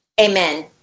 Amen